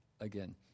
again